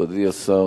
מכובדי השר,